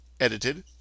edited